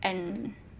and